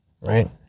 right